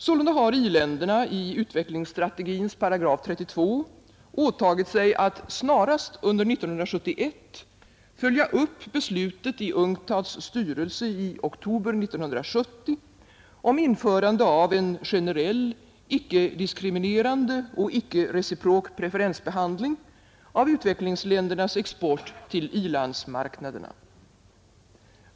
Sålunda har i-länderna i utvecklingsstrategins paragraf 32 åtagit sig att snarast under 1971 följa upp beslutet i UNCTAD: styrelse i oktober 1970 om införande av en generell, icke-diskriminerande och icke-reciprok preferensbehandling av utvecklingsländernas export till i-landsmarknaderna.